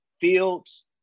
Fields